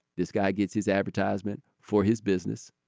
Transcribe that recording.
this guy gets his advertising for his business.